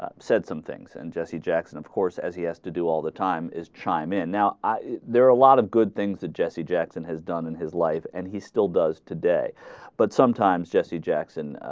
ah said some things and jesse jackson of course as he has to do all the time is chime in now i there are a lot of good things to jesse jackson has done in his life and he still does today but sometimes jesse jackson ah.